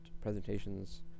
presentations